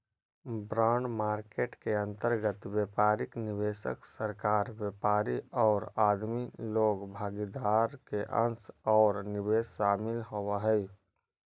bond market के अंतर्गत व्यापारिक निवेशक, सरकार, व्यापारी औउर आदमी लोग भागीदार के अंश औउर निवेश शामिल होवऽ हई